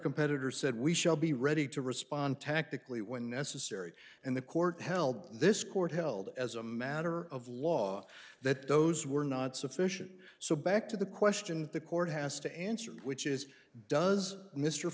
competitor said we shall be ready to respond tactically when necessary and the court held this court held as a matter of law that those were not sufficient so back to the question the court has to answer which is does mr